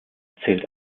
zählt